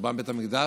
חורבן בית המקדש